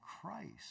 Christ